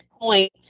point